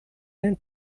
einen